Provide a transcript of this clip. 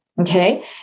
Okay